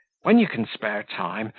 when you can spare time,